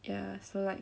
ya so like